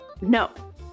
No